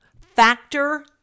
Factor